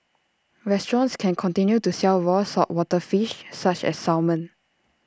restaurants can continue to sell raw saltwater fish such as salmon